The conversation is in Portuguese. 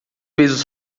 pesos